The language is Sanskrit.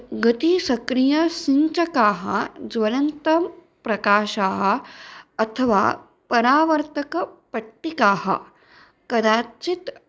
गति सक्रियसञ्चिकाः ज्वलन्तं प्रकाशाः अथवा परावर्तकपट्टिकाः कदाचित्